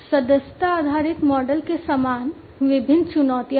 सदस्यता आधारित मॉडल के समान विभिन्न चुनौतियां भी हैं